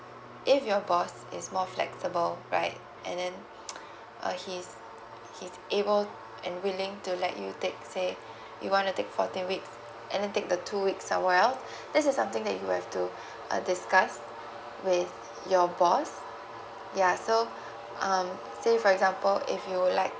if your boss is more flexible right and then uh he's he's able and willing to let you take say you want to take fourteen weeks and then take the two weeks as well this is something that you have to uh discuss with your boss ya so um say for example if you would like